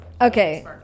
Okay